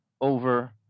over